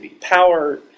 power